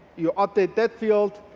you update that field.